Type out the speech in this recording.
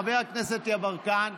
חבר הכנסת יברקן,